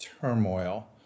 turmoil